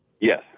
Yes